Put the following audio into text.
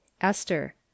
Esther